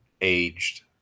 aged